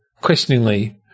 questioningly